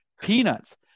peanuts